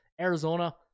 Arizona